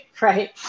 right